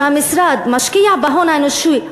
שהמשרד משקיע בהון האנושי,